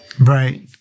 Right